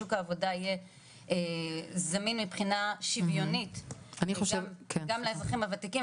ששוק העבודה יהיה זמין מבחינה שוויונית גם לאזרחים הוותיקים.